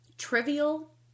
trivial